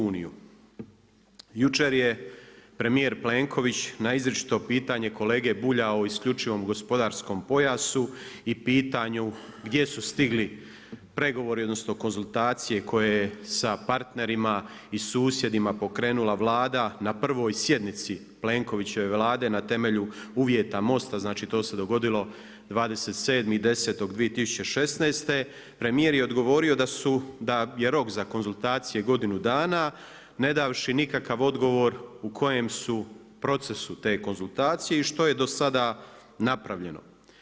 Jučer je premijer Plenković na izričito pitanje kolege Bulja o isključivom gospodarskom pojasu i pitanju gdje su stigli pregovori odnosno konzultacije koje je sa partnerima i susjedima pokrenula Vlada na prvoj sjednici Plenkovićeve Vlade na temelju uvjeta MOST-a, znači to se dogodilo 27.10.2016., premijer je odgovorio da su, da je rok za konzultacije godinu dana ne davši nikakav odgovor u kojem su procesu te konzultacije i što je do sada napravljeno.